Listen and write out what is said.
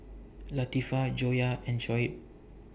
Latifa Joyah and Shoaib